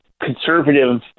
conservative